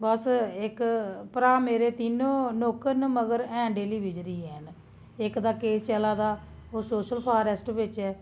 बस इक्क भ्राऽ मेरे तिन्नों नौकर न मगर हैन डेलीबेजर ई हैन इक दा केस चला दा ओह् सोशल फॉरेस्ट बिच ऐ